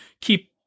keep